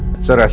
sir.